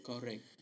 Correct